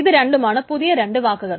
ഇതു രണ്ടുമാണ് പുതിയ രണ്ടു വാക്കുകൾ